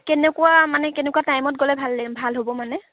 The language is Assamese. কেনেকুৱা মানে কেনেকুৱা টাইমত গ'লে ভাল লাগিব ভাল হ'ব মানে